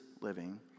living